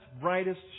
brightest